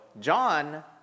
John